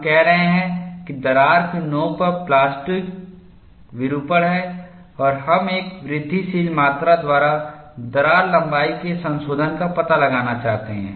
हम कह रहे हैं कि दरार की नोक पर प्लास्टिक विरूपण है और हम एक वृद्धिशील मात्रा द्वारा दरार लंबाई के संशोधन का पता लगाना चाहते हैं